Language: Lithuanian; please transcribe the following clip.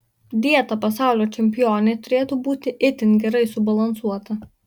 dieta pasaulio čempionei turėtų būti itin gerai subalansuota